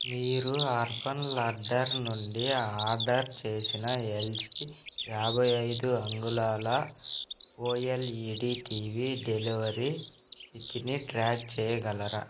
మీరు urban ladder నుండి order చేసిన ఎల్ జీ యాభై ఐదు అంగుళాల O L E D T V delivery స్థితిని ట్రాక్ చేయగలరా